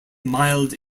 mild